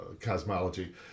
cosmology